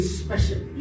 special